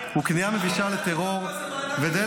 הוא כניעה מבישה לטרור ודלק,